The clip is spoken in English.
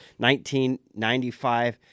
1995